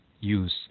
use